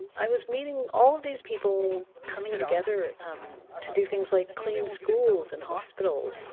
i was meeting all of these people coming together to do things like clean um schools and hospitals